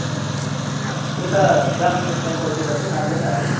ए यता जापानिज टेम्पलतिर चाहिँ लाँदैन है